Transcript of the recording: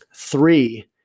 three